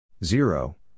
Zero